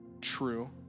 true